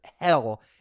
hell